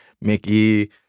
Mickey